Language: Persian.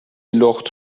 لخت